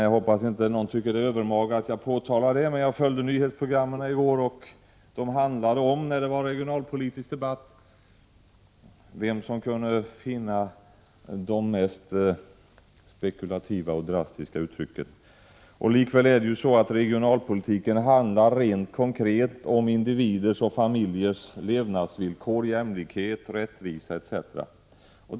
Jag hoppas ingen tycker det är övermaga att jag påtalar detta, men jag följde radiooch TV-programmen i går, och de handlade om vem som kunde finna de mest spekulativa och drastiska uttrycken. Likväl är det ju så att regionalpolitiken rent konkret handlar om individers och familjers levnadsvillkor, jämlikhet, rättvisa etc.